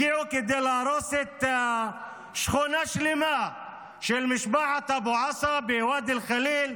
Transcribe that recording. הגיעו כדי להרוס שכונה שלמה של משפחת אבו עסא בוואדי אל-ח'ליל,